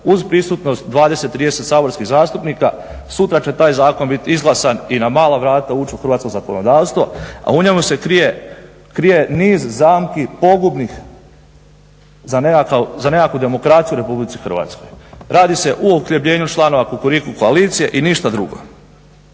uz prisutnost 20, 30 saborskih zastupnika. Sutra će taj zakon biti izglasan i na mala vrata ući u hrvatsko zakonodavstvo, a u njemu se krije niz zamki pogubnih za nekakvu demokraciju u Republici Hrvatskoj. Radi se o uhljebljenju članova Kukuriku koalicije i ništa drugo.